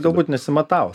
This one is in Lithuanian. galbūt nesimatavo